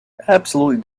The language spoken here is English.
absolutely